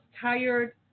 tired